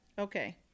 Okay